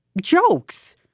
jokes